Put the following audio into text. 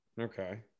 Okay